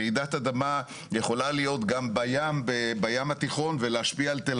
רעידת אדמה יכולה להיות גם בים התיכון ולהשפיע על תל